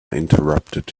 interrupted